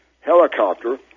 helicopter